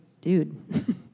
dude